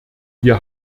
wir